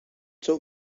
seu